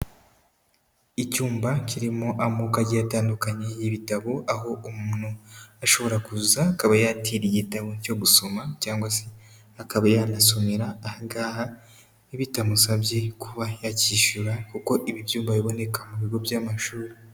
Icyumba kirimo amoko agiye atandukanye y'ibitabo, aho umuntu ashobora kuza akaba yatira igitabo cyo gusoma, cyangwa se akaba yanasomera aha ngaha, bitamusabye kuba yakishyura kuko ibi byumba biboneka mu bigo by'amashuri.